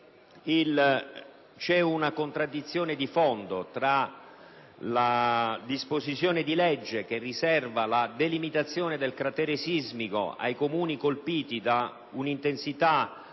c'è una contraddizione di fondo tra la disposizione di legge che riserva la delimitazione del cratere sismico ai Comuni colpiti dal sisma